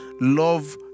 Love